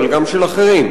אבל גם של אחרים,